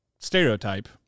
stereotype –